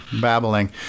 babbling